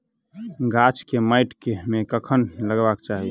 गाछ केँ माइट मे कखन लगबाक चाहि?